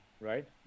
right